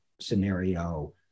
scenario